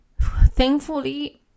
thankfully